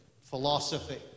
philosophy